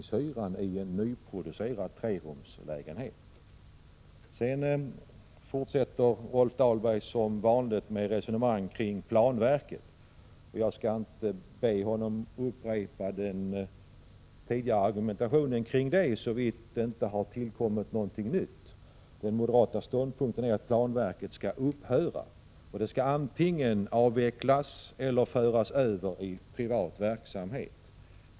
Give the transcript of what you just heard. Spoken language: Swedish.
Sedan fortsätter Rolf Dahlberg som vanligt med resonemang omkring planverket. Jag skall inte be honom upprepa den tidigare argumentationen, såvida det inte har tillkommit något nytt. Den moderata ståndpunkten är ju att planverket skall upphöra. Dess uppgifter skall antingen avvecklas eller 55 föras över till privat verksamhet.